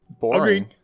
boring